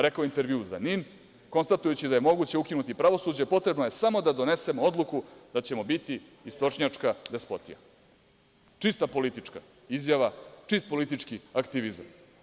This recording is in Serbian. Rekao je u intervjuu za NIN, konstatujući da je moguće ukinuti pravosuđe, potrebno je samo da donesemo odluku da ćemo biti istočnjačka despotija. – Čista politička izjava, čist politički aktivizam.